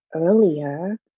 earlier